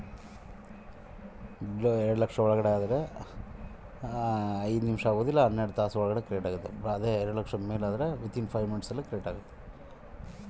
ಇನ್ನೊಬ್ಬರ ಅಕೌಂಟಿಗೆ ರೊಕ್ಕ ಸೇರಕ ಎಷ್ಟು ಟೈಮ್ ಬೇಕಾಗುತೈತಿ?